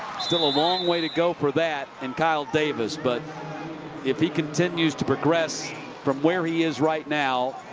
still a long way to go for that and kyle davis. but if he continues to progress from where he is right now,